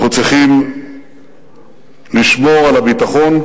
אנחנו צריכים לשמור על הביטחון,